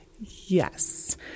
Yes